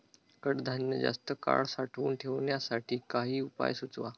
कडधान्य जास्त काळ साठवून ठेवण्यासाठी काही उपाय सुचवा?